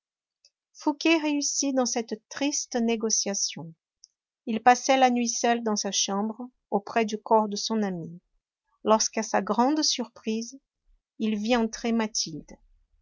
fouqué réussit dans cette triste négociation il passait la nuit seul dans sa chambre auprès du corps de son ami lorsqu'à sa grande surprise il vit entrer mathilde